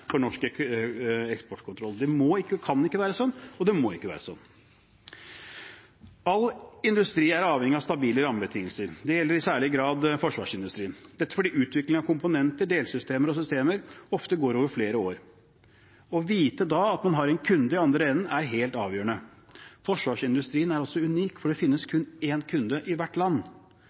for norsk eksportkontroll. Det kan ikke være sånn, og det må ikke være sånn. All industri er avhengig av stabile rammebetingelser. Det gjelder i særlig grad forsvarsindustrien. Dette fordi utviklingen av komponenter, delsystemer og systemer ofte går over flere år. Da er det å vite at man har en kunde i den andre enden, helt avgjørende. Forsvarsindustrien er også unik, for det finnes kun én kunde i hvert land.